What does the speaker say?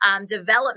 development